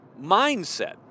mindset